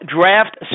Draft